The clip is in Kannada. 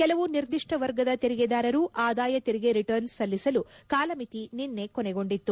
ಕೆಲವು ನಿರ್ದಿಷ್ಟ ವರ್ಗದ ತೆರಿಗೆದಾರರು ಆದಾಯ ತೆರಿಗೆ ರಿಟರ್ನ್ಸ್ ಸಲ್ಲಿಸಲು ಕಾಲಮಿತಿ ನಿನ್ನೆ ಕೊನೆಗೊಂಡಿತ್ತು